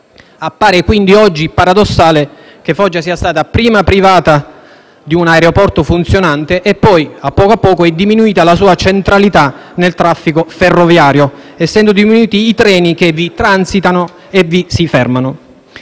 Appare, quindi, oggi paradossale che Foggia sia stata prima privata di un aeroporto funzionante e che poi, a poco a poco, sia diminuita la sua centralità nel traffico ferroviario, essendo diminuiti i treni che vi transitano e vi si fermano.